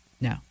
No